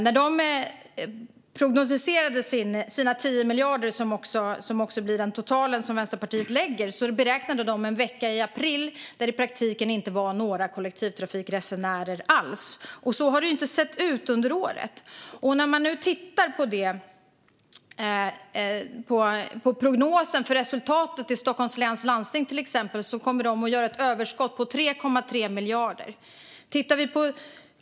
När de prognostiserade sina 10 miljarder, som också blir den summa som Vänsterpartiet totalt lägger, beräknade de utifrån en vecka i april då det i praktiken inte var några kollektivtrafikresenärer alls. Så har det ju inte sett ut under året. När man nu tittar på prognosen för resultatet i till exempel Stockholms läns landsting ser man att de kommer att göra ett överskott på 3,3 miljarder.